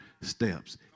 steps